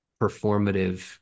performative